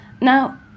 Now